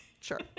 Sure